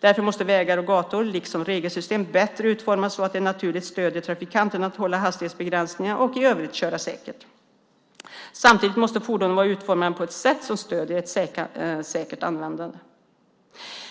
Därför måste vägar och gator liksom regelsystem bättre utformas så att de naturligt stöder trafikanten att hålla hastighetsbegränsningarna och i övrigt köra säkert. Samtidigt måste fordonen vara utformade på ett sätt som stöder ett säkert användande.